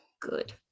good